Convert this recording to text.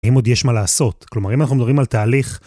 אם עוד יש מה לעשות, כלומר, אם אנחנו מדברים על תהליך...